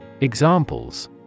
Examples